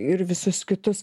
ir visus kitus